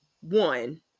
one